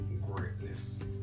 greatness